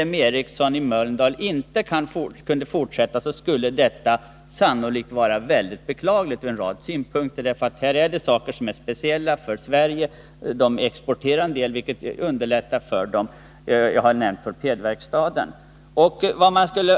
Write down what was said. L M Ericsson i Mölndal inte kunde fortsätta, skulle detta sannolikt vara mycket beklagligt ur en del synpunkter, eftersom det tillverkas saker där som är speciella för Sverige. En del av den tillverkningen exporteras, vilket underlättar. Jag har nämnt torpedverkstaden.